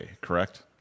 Correct